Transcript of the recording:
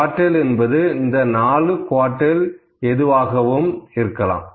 quartile என்பது இந்த 4 quartile எதுவாகவும் இருக்கலாம்